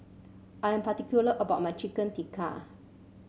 I'm particular about my Chicken Tikka